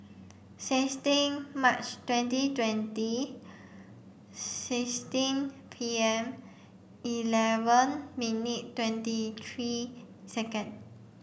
sixteen March twenty twenty sixteen P M eleven minute twenty three second